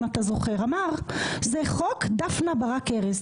אם אתה זוכר זה חוק דפנה ברק ארז.